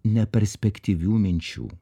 neperspektyvių minčių